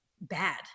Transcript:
bad